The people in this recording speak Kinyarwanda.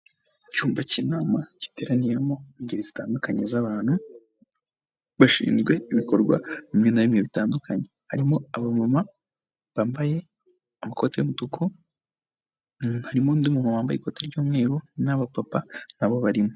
Icyumba cy'inama giteraniyemo ingeri zitandukanye z'abantu bashinzwe ibikorwa bimwe na bimwe bitandukanye, harimo abamama bambaye amakote y'umutuku, harimo undi muntu wambaye ikote ry'umweru n'abapapa nabo barimo.